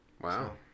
wow